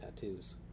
tattoos